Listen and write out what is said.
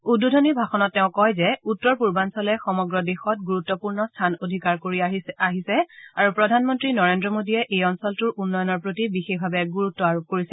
উদ্বোধনী ভাষণত তেওঁ কয় যে উত্তৰ পূৰ্বাঞ্চলে সমগ্ৰ দেশত গুৰুত্বপূৰ্ণ স্থান অধিকাৰ কৰি আহিছে আৰু প্ৰধানমন্ত্ৰী নৰেন্দ্ৰ মোদীয়ে এই অঞ্চলটোৰ উন্নয়নৰ প্ৰতি বিশেষভাৱে গুৰুত্ আৰোপ কৰিছে